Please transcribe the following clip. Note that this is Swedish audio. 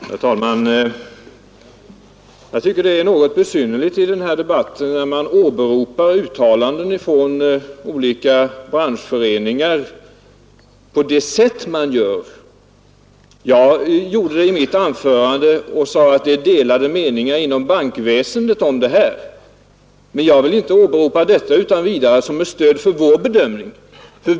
Herr talman! Jag tycker att det är något besynnerligt i den här debatten, när man åberopar uttalanden från olika branschorganisationer på det sätt man gör. Jag gjorde det i mitt anförande och sade att det råder delade meningar inom bankväsendet, men jag vill inte åberopa detta utan vidare som ett stöd för vår bedömning.